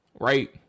right